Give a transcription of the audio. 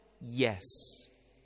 yes